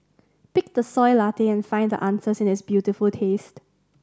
pick the Soy Latte and find the answers in its beautiful taste